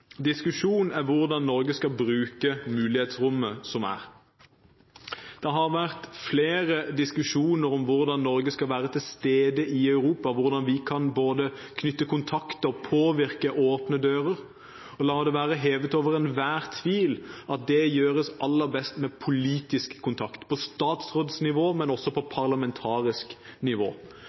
er hvordan Norge skal bruke mulighetsrommet som er. Det har vært flere diskusjoner om hvordan Norge skal være til stede i Europa og både knytte kontakter og påvirke åpne dører. La det være hevet over enhver tvil: Det gjøres aller best med politisk kontakt – på statsrådsnivå, men også på parlamentarisk nivå.